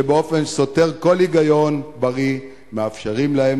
כשבאופן שסותר כל היגיון בריא מאפשרים להם,